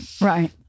right